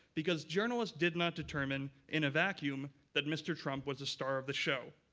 because journalists did not determine, in a vacuum, that mr. trump was the star of the show.